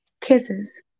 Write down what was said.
Kisses